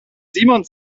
simon